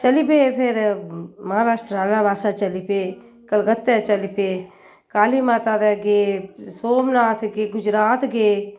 चली पे फिर महाराष्ट्रा आह्ले पासै चली पे कलकत्तै चली पे काली माता दे गे सोमनाथ गे गुजरात गे